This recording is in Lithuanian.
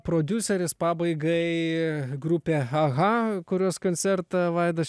prodiuseris pabaigai grupė aha kurios koncertą vaidas